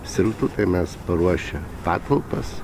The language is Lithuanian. sirgtų tai mes paruošę patalpas